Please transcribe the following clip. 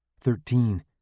Thirteen